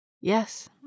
Yes